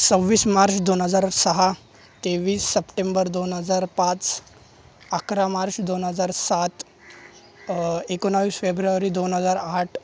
सव्वीस मार्च दोन हजार सहा तेवीस सप्टेंबर दोन हजार पाच अकरा मार्च दोन हजार सात एकोणावीस फेब्रुअरी दोन हजार आठ